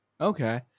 Okay